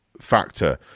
factor